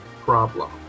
problem